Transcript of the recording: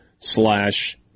slash